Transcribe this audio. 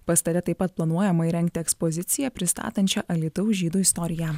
pastate taip pat planuojama įrengti ekspoziciją pristatančią alytaus žydų istoriją